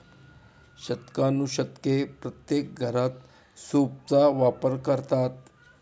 शतकानुशतके प्रत्येक घरात सूपचा वापर करतात